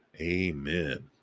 Amen